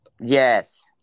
Yes